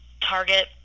target